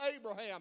Abraham